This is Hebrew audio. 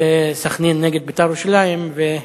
סח'נין נגד "בית"ר ירושלים".